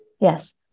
Yes